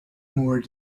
more